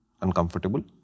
uncomfortable